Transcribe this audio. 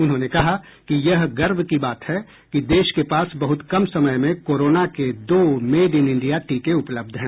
उन्होंने कहा कि यह गर्व की बात है कि देश के पास बहुत कम समय में कोरोना के दो मेड इन इंडिया टीके उपलब्ध हैं